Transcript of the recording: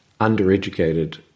undereducated